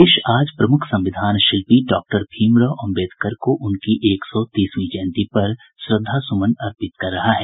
देश आज प्रमुख संविधान शिल्पी डॉक्टर भीमराव अम्बेडकर को उनकी एक सौ तीसवीं जयंती पर श्रद्धास्मन अर्पित कर रहा है